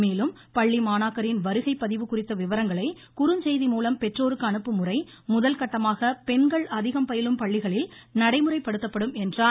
மேலும் பள்ளி மாணாக்கரின் வருகை பதிவு குறித்த விவரங்களை குறுஞ்செய்தி மூலம் பெற்றோருக்கு அனுப்பும் முறை முதல்கட்டமாக பெண்கள் அதிகம் பயிலும் பள்ளிகளில் நடைமுறைப்படுத்தப்படும் என்றார்